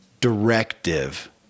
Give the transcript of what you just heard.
directive